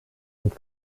und